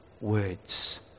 words